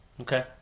Okay